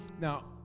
Now